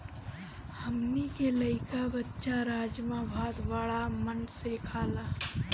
हमनी के लइका बच्चा राजमा भात बाड़ा मन से खाला